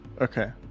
okay